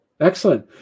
Excellent